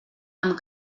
amb